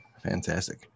Fantastic